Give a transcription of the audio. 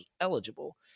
eligible